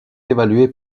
évaluées